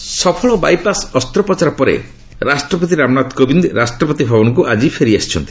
president ସଫଳ bypass ଅସ୍ତ୍ରୋପ୍ରଚାର ପରେ ରାଷ୍ଟ୍ରପତି ରାମନାଥ କୋବିନ୍ଦ ରାଷ୍ଟ୍ରପତି ଭବନକୁ ଫେରିଆସିଛନ୍ତି